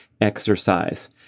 exercise